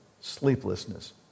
sleeplessness